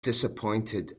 disappointed